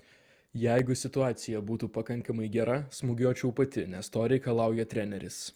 jeigu situacija būtų pakankamai gera smūgiuočiau pati nes to reikalauja treneris